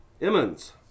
Emmons